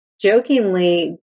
Jokingly